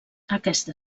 aquesta